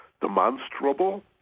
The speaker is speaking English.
demonstrable